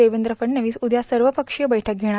देवेंद्र फडणवीस उद्या सर्वपक्षीय बैठक घेणार